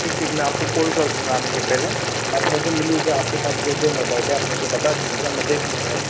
ठीक ठीक मैं आपको कोल कर दूँगा आने से पहले आप मेरे से मिल लीजिए आपके पास जो जो मोबाइल है आप मुझे बता दीजिएगा मैं देख लूँगा